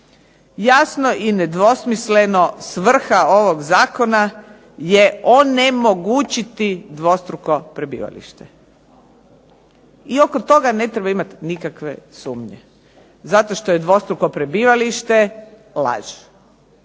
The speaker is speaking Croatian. Jasno i nedvosmisleno svrha ovog zakona je onemogućiti dvostruko prebivalište. I oko toga ne treba imati nikakve sumnje, zato što je dvostruko prebivalište laž.